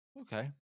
Okay